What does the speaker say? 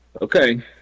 Okay